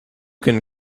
can